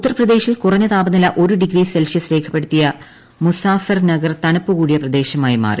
ഉത്തർപ്രദേശിൽ കുറഞ്ഞ താപനില ഒരു ഡിഗ്രി സെൽഷ്യസ് രേഖപ്പെടുത്തിയ മുസാഫർനഗർ തണുപ്പ് കൂടിയ പ്രദേശമായി മാറി